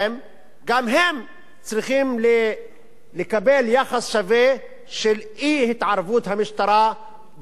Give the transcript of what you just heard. גם הם צריכים לקבל יחס שווה של אי-התערבות המשטרה וגם השב"כ,